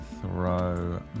throw